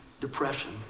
depression